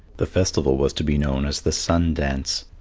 the festival was to be known as the sun dance.